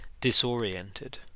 disoriented